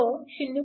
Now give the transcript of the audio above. तो 0